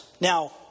Now